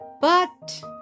But